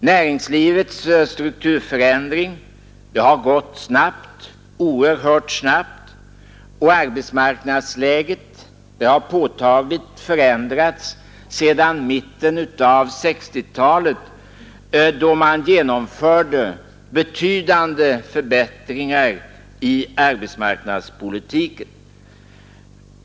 Näringslivets strukturförändring har gått oerhört snabbt, och arbetsmarknadsläget har påtagligt förändrats sedan mitten av 1960-talet, då man genomförde betydande förbättringar i arbetsmarknadspolitiken.